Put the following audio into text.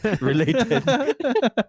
related